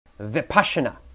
Vipassana